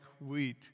wheat